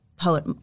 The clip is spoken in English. poet